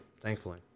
thankfully